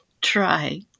try